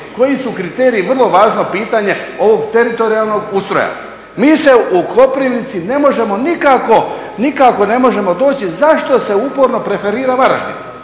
Koji su kriteriji, vrlo važno pitanje, ovog teritorijalnog ustroja? Mi se u Koprivnici ne možemo nikako doći zašto se upravo preferira Varaždin?